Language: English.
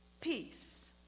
Peace